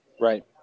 right